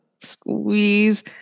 Squeeze